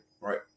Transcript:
right